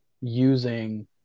using